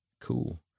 cool